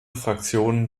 fraktionen